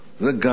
זה גנדי.